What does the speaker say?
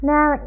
Now